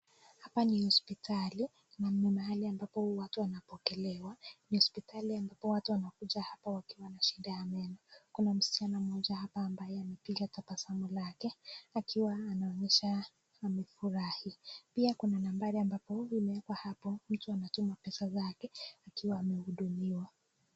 Hapa ni hospitali. Ni mahali ambapo watu wanapokelewa. Ni hospitali ambapo watu wanakuja hapa wakiwa na shida ya meno. Kuna msichana moja hapa ambaye amepiga tabasamu lake akiwa anaonyesha amefurahi. Pia kuna nambari ambapo imewekwa hapo mtu anatuma pesa zake akiwa amehudumiwa.